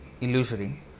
illusory